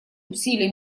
усилия